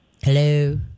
Hello